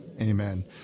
Amen